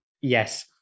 Yes